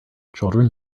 children